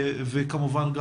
וכמובן גם